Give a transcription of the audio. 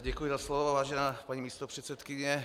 Děkuji za slovo, vážená paní místopředsedkyně.